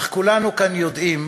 אך כולנו כאן יודעים